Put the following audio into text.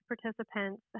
participants